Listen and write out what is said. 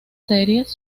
series